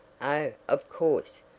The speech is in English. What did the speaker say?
oh, of course,